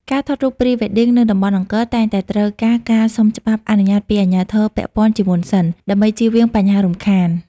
ការថតរូប Pre-wedding នៅតំបន់អង្គរ តែងតែត្រូវការការសុំច្បាប់អនុញ្ញាតពីអាជ្ញាធរពាក់ព័ន្ធជាមុនសិន ដើម្បីជៀសវាងបញ្ហារំខាន។